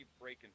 breaking